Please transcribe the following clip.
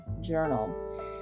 journal